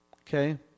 okay